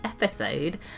episode